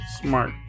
Smart